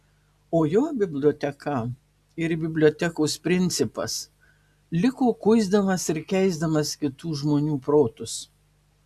o jo biblioteka ir bibliotekos principas liko kuisdamas ir keisdamas kitų žmonių protus